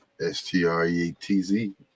S-T-R-E-T-Z